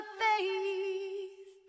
face